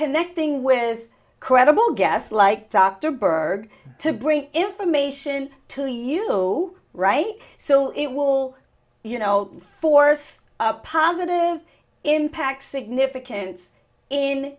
connecting with credible guess like dr bernard to bring information to you right so it will you know force positive impacts significance in